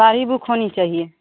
सारी बुक होनी चाहिए